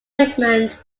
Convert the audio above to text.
equipment